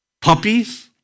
puppies